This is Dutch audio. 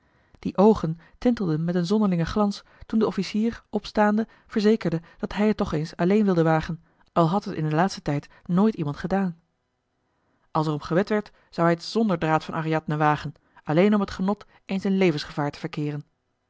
die oogen tintelden met een zonderlingen glans toen de officier opstaande verzekerde dat hij het toch eens alleen wilde wagen al had het in den laatsten tijd nooit iemand gedaan als er om gewed werd zou hij t zonder draad van ariadne wagen alleen om t genot eens in levensgevaar te verkeeren